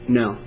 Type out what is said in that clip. no